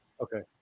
Okay